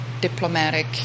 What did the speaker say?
diplomatic